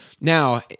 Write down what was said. Now